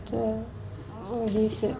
तऽ ओहिसऽ